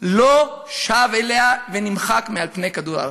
לא שב אליה ונמחק מעל פני כדור הארץ.